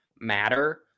matter